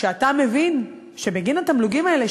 כשאתה מבין שבגין התמלוגים האלה,